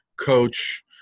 coach